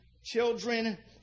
Children